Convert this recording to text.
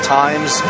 times